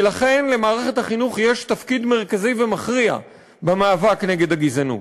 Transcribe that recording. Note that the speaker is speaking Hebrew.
ולכן למערכת החינוך יש תפקיד מרכזי ומכריע במאבק נגד הגזענות.